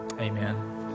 Amen